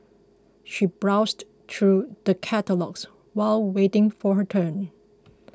she browsed through the catalogues while waiting for her turn